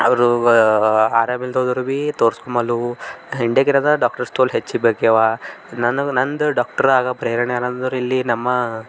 ಅವರೂ ಆರಾಮ ಇಲ್ಲದೇ ಹೋದರೂ ಭೀ ತೋರ್ಸ್ಕೊಮಲ್ಲೆವು ಇಂಡಿಯಾಕೆ ಏನಿದೆ ಡಾಕ್ಟರ್ಸ್ ತೋಲ್ ಹೆಚ್ಚಿಗೆ ಬೇಕ್ಯಾವ ನನಗೆ ನಂದು ಡಾಕ್ಟರ್ ಆಗೋ ಪ್ರೇರಣೆ ಏನಂದರೆ ಇಲ್ಲಿ ನಮ್ಮ